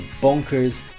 bonkers